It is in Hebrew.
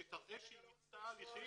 שתראה שהיא מיצתה הליכים.